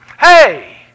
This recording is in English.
Hey